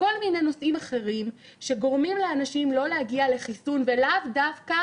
וכל מיני נושאים אחרים שגורמים לאנשים לא להגיע לחיסון ולאו דווקא